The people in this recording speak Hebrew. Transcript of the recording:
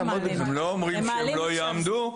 הם לא אומרים שהם לא יעמדו בזה,